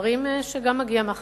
דברים שגם מגיעה עליהם מחמאה.